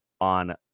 on